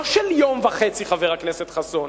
לא של יום וחצי, חבר הכנסת חסון,